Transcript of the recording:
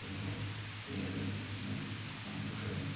ꯑꯗꯨꯕꯨ ꯍꯧꯖꯤꯛꯇꯤ ꯑꯗꯨꯛꯀꯤ ꯃꯇꯤꯛ ꯍꯣꯡꯈ꯭ꯔꯦ